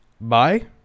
bye